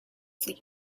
fleet